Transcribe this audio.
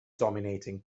dominating